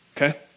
Okay